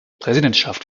präsidentschaft